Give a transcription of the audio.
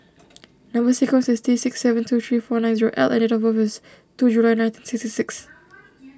Number Sequence is T six seven two three four nine zero L and date of birth is two July nineteen sixty six